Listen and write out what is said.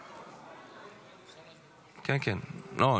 תודה רבה, אדוני